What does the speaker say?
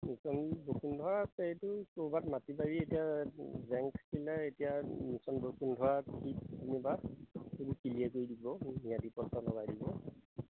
mission Basundhara আছে এইটো ক'ৰবাত মাটি বাৰী এতিয়া জেং থাকিলে এতিয়া মিচন বসুন্ধৰাত কি যেনিবা কিলিয়াৰ কৰি দিব ম্যাদি পট্টা লগাই দিব